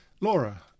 Laura